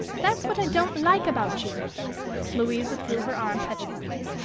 that's what i don't like about you louise withdrew her arm petulantly.